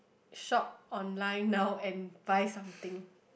shop online now and buy something